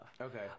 okay